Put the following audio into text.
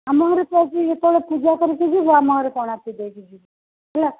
ଆମ ଘରେ ତୁ ଆଜି ଯେତେବେଳେ ପୂଜା କରିକି ଯିବୁ ଆମ ଘରେ ପଣା ପିଇ ଦେଇକି ଯିବୁ ହେଲା